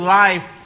life